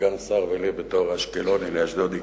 לסגן השר ולי, בתור אשקלוני לאשדודי.